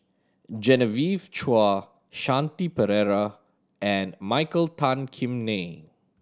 Genevieve Chua Shanti Pereira and Michael Tan Kim Nei